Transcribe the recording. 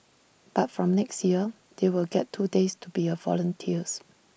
but from next year they will get two days to be volunteers